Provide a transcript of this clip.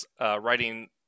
writing